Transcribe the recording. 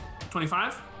25